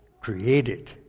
created